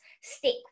stick